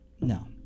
No